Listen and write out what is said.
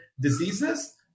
diseases